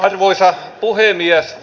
arvoisa puhemies